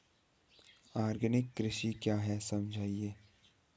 Organic कृषि क्या है समझाइए?